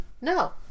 No